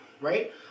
right